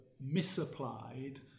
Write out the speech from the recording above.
misapplied